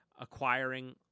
acquiring